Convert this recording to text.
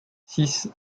six